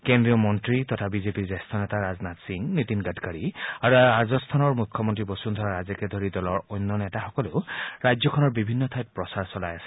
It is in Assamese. কেন্দ্ৰীয় মন্ত্ৰী তথা বিজেপিৰ জ্যেষ্ঠ নেতা ৰাজনাথ সিং নীতিন গাডকাৰী আৰু ৰাজস্থানৰ মুখ্যমন্ত্ৰী বসুন্ধৰা ৰাজেকে ধৰি দলৰ অন্য নেতাসকলেও ৰাজ্যখনৰ বিভিন্ন ঠাইত প্ৰচাৰ চলাই আছে